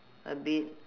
a bit